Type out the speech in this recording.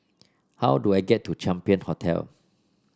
how do I get to Champion Hotel